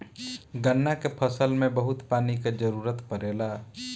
गन्ना के फसल में बहुत पानी के जरूरत पड़ेला